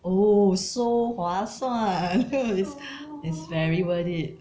oh so 划算 this is very worth it